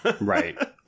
Right